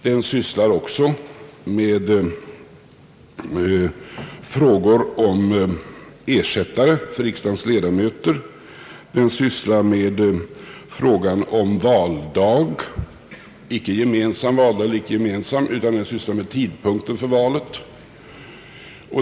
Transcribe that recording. Den sysslar också med frågor om ersättare för riksdagens ledamöter och med frågan om valdag, dvs. icke frågan om gemensam valdag, men med tidpunkten för valet.